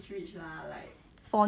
ya